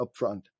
upfront